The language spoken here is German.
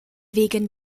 wegen